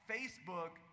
Facebook